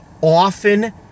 often